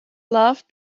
loved